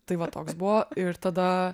tai va toks buvo ir tada